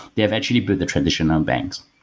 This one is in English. they've actually build the traditional banks.